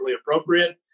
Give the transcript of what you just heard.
appropriate